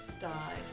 Died